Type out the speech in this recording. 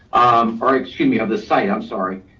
our, excuse me of the site, i'm sorry,